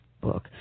book